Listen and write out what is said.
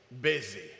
busy